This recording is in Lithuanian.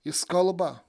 jis kalba